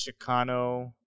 Chicano